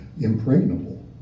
impregnable